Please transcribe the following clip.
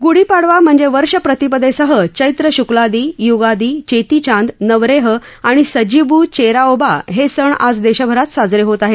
गुढीपाडवा म्हणजेच वर्षप्रतिपदेसह चैत्र शुक्लादि युगादि चेतीचांद नवरेह आणि सजीबु चेराओबा हे सण आज देशभरात साजरे होत आहेत